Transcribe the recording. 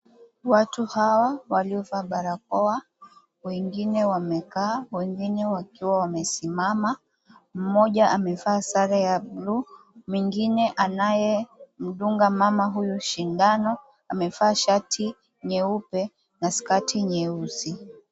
Watu hawa waliovaa barakoa, wengine wamekaa, wengine wakiwa wamesimama. Mmoja amevaa sare ya blue , mwingine anayemdunga mama huyu shindano amevaa shati nyeupe na skati nyeusi.